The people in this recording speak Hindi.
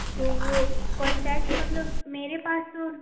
तो वो कॉन्टैक्ट मतलब मेरे पास तो